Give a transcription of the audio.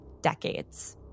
decades